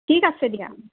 ঠিক আছে দিয়া